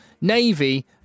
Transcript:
navy